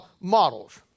models